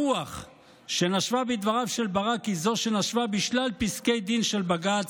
הרוח שנשבה בדבריו של ברק היא זו שנשבה בשלל פסקי דין של בג"ץ,